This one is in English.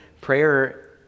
Prayer